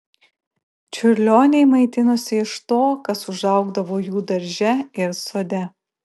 čiurlioniai maitinosi iš to kas užaugdavo jų darže ir sode